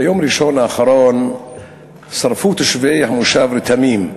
ביום ראשון האחרון שרפו תושבי המושב רתמים,